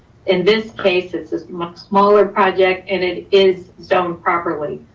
in this case, it's this much smaller project and it is zoned properly.